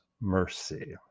mercy